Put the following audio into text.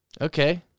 Okay